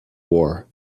war